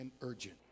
urgent